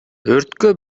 өрткө